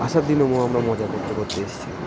আসার দিনে ম আমরা মজা করতে করতে এসেছিলাম